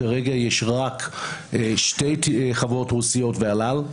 כרגע יש רק שתי חברות רוסיות ואל-על,